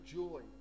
joy